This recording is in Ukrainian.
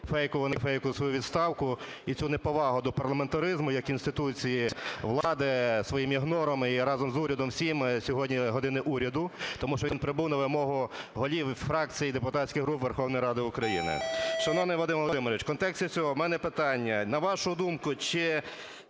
свою відставку і цю неповагу до парламентаризму як інституції влади своїм ігнором і разом з урядом всім сьогодні "години Уряду", тому що він прибув на вимогу голів фракцій і депутатських груп Верховної Ради України. Шановний Вадиме Володимировичу, в контексті цього у мене питання. На вашу думку, чи